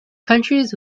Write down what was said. countries